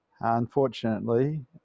Unfortunately